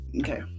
okay